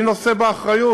אני נושא באחריות.